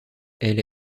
elle